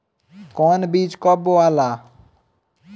कौन बीज कब बोआला?